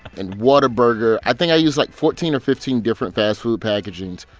and whataburger. i think i used, like, fourteen or fifteen different fast food packagings.